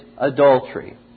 adultery